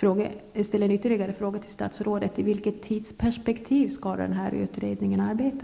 då ställa ytterligare en fråga till statsrådet: I vilket tidsperspektiv skall denna utredning arbeta?